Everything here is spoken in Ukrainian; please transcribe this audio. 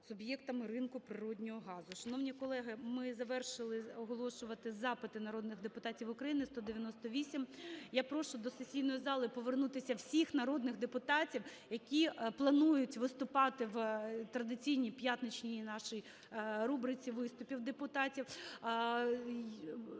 суб'єктами ринку природного газу. Шановні колеги, ми завершили оголошувати запити народних депутатів України – 198. Я прошу до сесійної зали повернутися всіх народних депутатів, які планують виступати в традиційній п'ятничній нашій рубриці виступів депутатів.